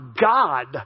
God